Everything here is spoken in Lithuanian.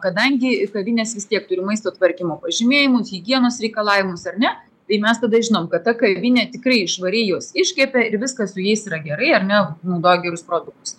kadangi kavinės vis tiek turi maisto tvarkymo pažymėjimus higienos reikalavimus ar ne tai mes tada žinom kad ta kavinė tikrai švariai juos iškepė ir viskas su jais yra gerai ar ne naudoja gerus produktus